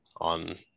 on